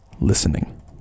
listening